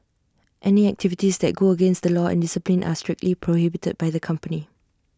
any activities that go against the law and discipline are strictly prohibited by the company